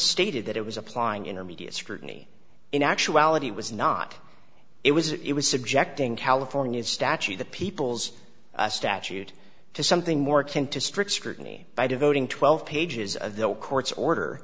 stated that it was applying intermediate scrutiny in actuality it was not it was it was subjecting california statute the people's statute to something more akin to strict scrutiny by devoting twelve pages of the court's order